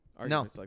No